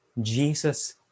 Jesus